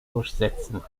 durchsetzen